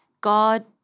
God